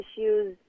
issues